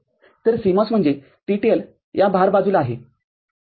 तर CMOS म्हणजे TTL या भारबाजूला आहे